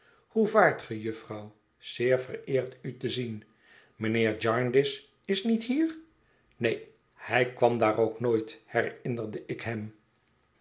hoe vaart ge jufvrouw zeer vereerd u te zien mijnheer jarndyce is niet hier neen hij kwam daar ook nooit herinnerde ik hem